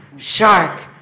Shark